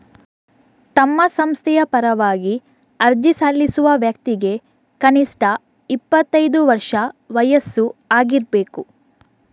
ತಮ್ಮ ಸಂಸ್ಥೆಯ ಪರವಾಗಿ ಅರ್ಜಿ ಸಲ್ಲಿಸುವ ವ್ಯಕ್ತಿಗೆ ಕನಿಷ್ಠ ಇಪ್ಪತ್ತೈದು ವರ್ಷ ವಯಸ್ಸು ಆಗಿರ್ಬೇಕು